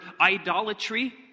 idolatry